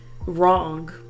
wrong